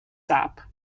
sap